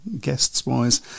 guests-wise